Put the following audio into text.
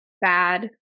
bad